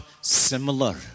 similar